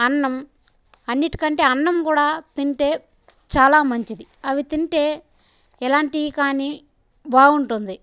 అన్నం అన్నిటికంటే అన్నం కూడా తింటే చాలా మంచిది అవి తింటే ఎలాంటివి కానీ బాగుంటుంది